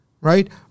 right